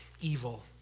evil